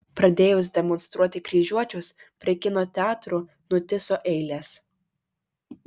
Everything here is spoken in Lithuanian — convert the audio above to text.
pradėjus demonstruoti kryžiuočius prie kino teatrų nutįso eilės